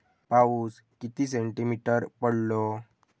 पाऊस किती सेंटीमीटर पडलो?